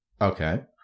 Okay